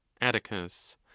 Atticus